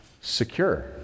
secure